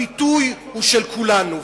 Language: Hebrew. הביטוי הוא של כולנו,